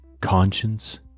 conscience